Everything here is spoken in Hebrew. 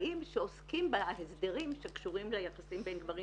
חיים שעוסקים בהסדרים שקשורים ליחסים בין גברים